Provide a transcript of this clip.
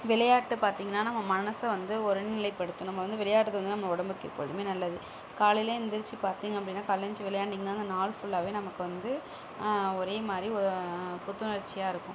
விளையாட்டு பார்த்தீங்னா நம்ம மனசை வந்து ஒருநிலைபடுத்தும் நம்ம வந்து விளையாட்றது வந்து நம்ம உடம்புக்கு எப்பொழுதுமே நல்லது காலையிலே எந்திரிச்சு பார்த்தீங்க அப்படின்னா காலைல ஏந்திச்சி விளையாண்டிங்கனா தான் அந்த நாள் ஃபுல்லாவே நமக்கு வந்து ஒரே மாதிரி ஓ புத்துணர்ச்சியாக இருக்கும்